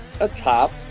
atop